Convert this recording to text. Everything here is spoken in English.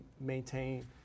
maintain